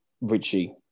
Richie